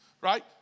right